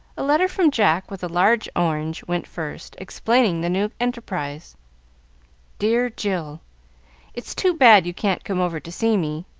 a letter from jack, with a large orange, went first, explaining the new enterprise dear jill it's too bad you can't come over to see me.